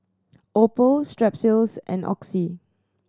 Oppo Strepsils and Oxy